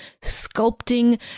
sculpting